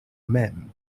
mem